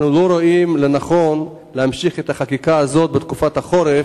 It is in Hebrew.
אנחנו לא רואים לנכון להמשיך את החקיקה הזאת בתקופת החורף.